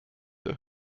der